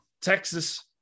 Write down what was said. Texas